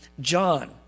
John